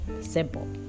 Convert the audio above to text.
Simple